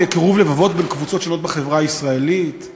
הוא מוסיף לי זמן.